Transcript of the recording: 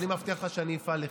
אני מבטיח לך שאני אפעל לחיזוק.